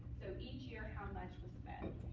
so each year, how much was spent?